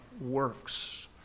works